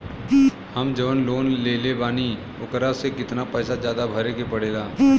हम जवन लोन लेले बानी वोकरा से कितना पैसा ज्यादा भरे के पड़ेला?